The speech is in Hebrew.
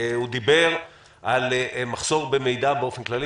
הוא דיבר על מחסור במידע באופן כללי.